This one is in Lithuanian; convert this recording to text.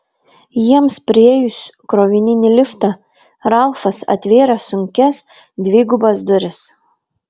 jiems priėjus krovininį liftą ralfas atvėrė sunkias dvigubas duris